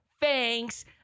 Thanks